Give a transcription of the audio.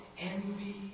envy